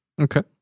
Okay